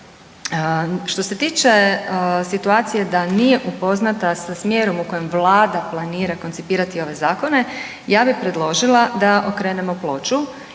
Što se tiče situacije da nije upoznata sa smjerom u kojem Vlada planira koncipirati ove zakone, ja bih predložila da okrenemo ploču